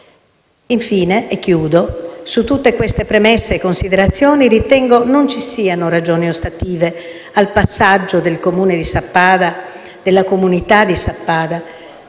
Infine, su tutte queste premesse e considerazioni ritengo non ci siano ragioni ostative al passaggio del Comune di Sappada, della comunità di Sappada,